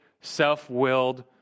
self-willed